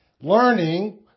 learning